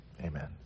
amen